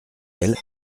elles